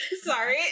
Sorry